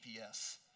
gps